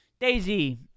Daisy